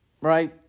Right